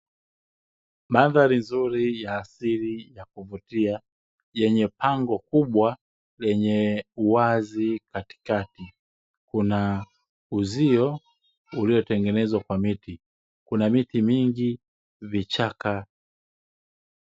Mandhari ya asili yenye kuvutia yenye pango kubwa yenye uwazi katikati kuna uzio uliotengenezwa kwa miti, kuna miti mingi na vichaka.